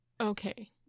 Okay